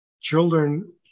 Children